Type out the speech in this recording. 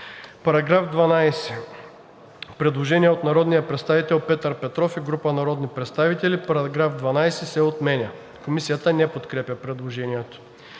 По § 12 има предложение от народния представител Петър Петров и група народни представители: „Параграф 12 се отменя.“ Комисията не подкрепя предложението.